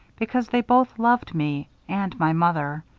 because they both loved me and my mother.